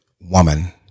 woman